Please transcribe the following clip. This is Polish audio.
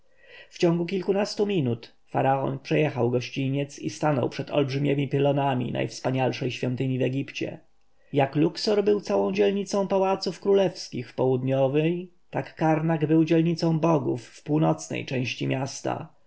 w ciągu kilkunastu minut faraon przejechał gościniec i stanął przed olbrzymiemi pylonami najwspanialszej świątyni w egipcie jak luksor był całą dzielnicą pałaców królewskich w południowej tak karnak był dzielnicą bogów w północnej stronie miasta